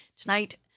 Tonight